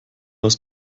aus